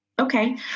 Okay